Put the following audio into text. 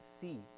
see